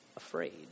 Afraid